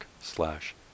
slash